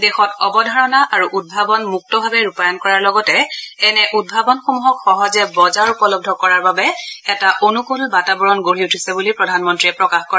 দেশত অৱধাৰণা আৰু উদ্ভাৱন মুক্তভাৱে ৰূপায়ণ কৰাৰ লগতে এনে উদ্ভাৱনসমূহক সহজে বজাৰ উপলব্ধ কৰাৰ বাবে এটা অনুকুল বাতাবৰণ গঢ়ি উঠিছে বুলি প্ৰধানমন্তীয়ে প্ৰকাশ কৰে